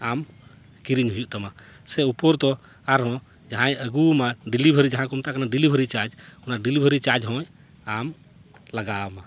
ᱟᱢ ᱠᱤᱨᱤᱧ ᱦᱩᱭᱩᱜ ᱛᱟᱢᱟ ᱥᱮ ᱩᱯᱚᱨᱛᱚ ᱟᱨᱦᱚᱸ ᱡᱟᱦᱟᱸᱭ ᱟᱹᱜᱩᱣ ᱟᱢᱟᱭ ᱰᱮᱞᱤᱵᱷᱟᱨᱤ ᱡᱟᱦᱟᱸ ᱠᱚ ᱢᱮᱛᱟᱜ ᱠᱟᱱ ᱰᱮᱞᱤᱵᱷᱟᱨᱤ ᱪᱟᱨᱡᱽ ᱚᱱᱟ ᱰᱮᱞᱤᱵᱷᱟᱨᱤ ᱪᱟᱨᱡᱽ ᱦᱳᱭ ᱟᱢ ᱞᱟᱜᱟᱣ ᱢᱟ